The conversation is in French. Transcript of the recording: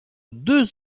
deux